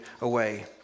away